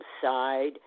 side